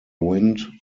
wind